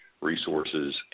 resources